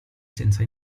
senza